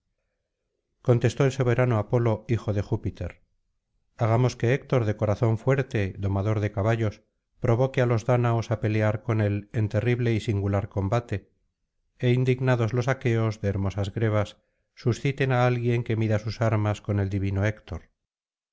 contestó el soberano apolo hijo de júpiter hagamos que héctor de corazón fuerte domador de caballos provoque á los dáñaos á pelear con él en terrible y singular combate é indignados los aqueos de hermosas grebas susciten á alguien que mida sus armas con el divino héctor